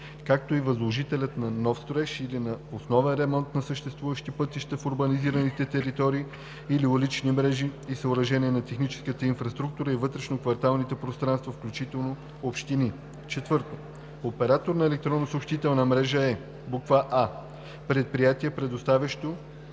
както и възложителят на нов строеж или на основен ремонт на съществуващи пътища в урбанизираните територии или улични мрежи и съоръжения на техническата инфраструктура и вътрешно-кварталните пространства, включително – общини. 4. „Оператор на електронна съобщителна мрежа“ е: а) предприятие, предоставящо